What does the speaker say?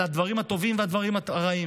לדברים הטובים ולדברים הרעים.